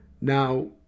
Now